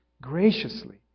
graciously